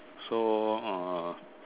so uh